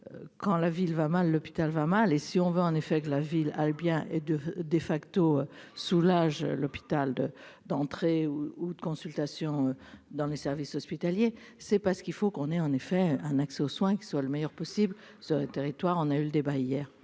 quand la ville va mal, l'hôpital va mal et si on veut en effet que la ville allait bien et deux dé facto soulage l'hôpital d'entrée ou de consultations dans les services hospitaliers, c'est pas ce qu'il faut qu'on est en effet un accès aux soins qui soit le meilleur possible, ça aurait territoire on a eu le débat hier,